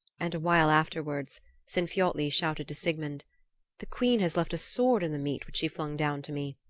and a while afterwards sinfiotli shouted to sigmund the queen has left a sword in the meat which she flung down to me.